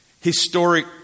historic